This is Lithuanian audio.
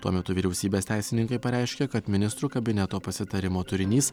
tuo metu vyriausybės teisininkai pareiškė kad ministrų kabineto pasitarimo turinys